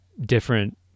different